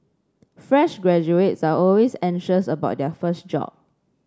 fresh graduates are always anxious about their first job